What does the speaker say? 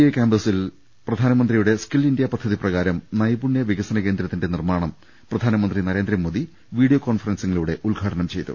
I കാമ്പസിൽ പ്രധാനമന്ത്രിയുടെ skill India പ്രദ്ധതി പ്രകാരം നൈപുണ്യ വികസന കേന്ദ്ര ത്തിന്റെ നിർമ്മാണം പ്രധാനമന്ത്രി നരേന്ദ്രമോദി വീഡിയോ കോൺഫറൻസിങ്ങിലൂടെ ഉദ്ഘാടനം ചെയ്തു